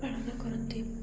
ପାଳନ କରନ୍ତି